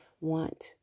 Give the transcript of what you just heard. want